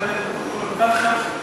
חבר הכנסת זבולון כלפה,